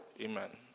Amen